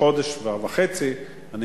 חודש וחצי לפני תחילת שנת הלימודים.